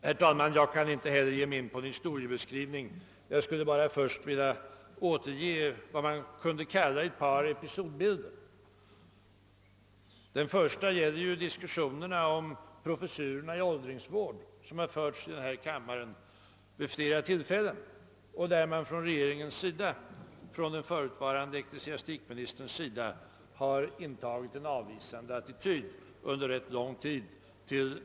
Herr talman! Jag kan inte ge mig in på en historieskrivning. Jag skulle bara först vilja återge vad man skulle kunna kalla ett par episodbilder. Den första gäller våra förslag om professurerna i åldringsvård, som har förts vid flera tillfällen och där man från regeringens sida, från den förutvarande ecklesiastikministerns sida, har intagit en avvisande attityd under rätt lång tid.